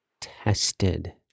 tested